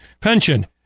pension